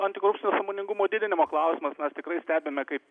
antikorupcinio sąmoningumo didinimo klausimas mes tikrai stebime kaip